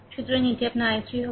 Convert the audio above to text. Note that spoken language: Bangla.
সুতরাং এটি আপনার i3 হবে